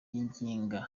yinginga